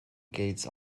gates